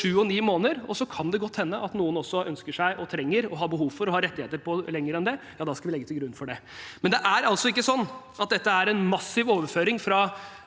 Så kan det godt hende at noen også ønsker seg – og trenger og har behov for og rettigheter til – mer enn det, og da skal vi legge til rette for det. Likevel er det altså ikke sånn at dette er en massiv overføring fra